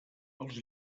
els